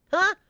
ah!